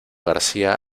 garcía